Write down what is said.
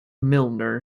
milner